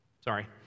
Sorry